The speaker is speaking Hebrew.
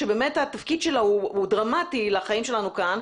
שבאמת התפקיד שלה הוא דרמטי לחיים שלנו כאן.